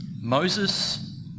Moses